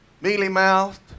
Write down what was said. mealy-mouthed